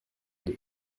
deux